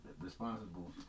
responsible